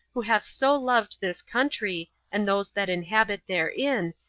who hath so loved this country, and those that inhabit therein,